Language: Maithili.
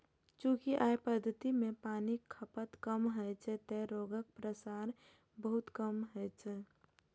चूंकि अय पद्धति मे पानिक खपत कम होइ छै, तें रोगक प्रसार बहुत कम होइ छै